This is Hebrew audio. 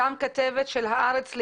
גם כתבת של הארץ,